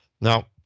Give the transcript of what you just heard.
Now